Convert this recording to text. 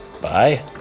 bye